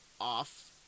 off